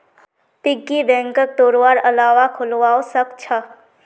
piggy बैंकक तोडवार अलावा खोलवाओ सख छ